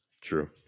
True